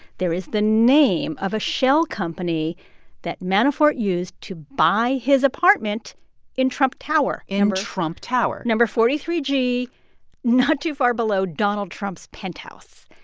there is the name of a shell company that manafort used to buy his apartment in trump tower in trump tower number forty three g not too far below donald trump's penthouse.